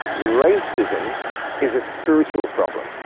racism is a spiritual problem.